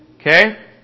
Okay